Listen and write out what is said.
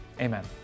Amen